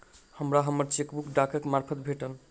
हमरा हम्मर चेकबुक डाकक मार्फत भेटल